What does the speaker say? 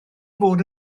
fod